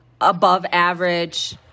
above-average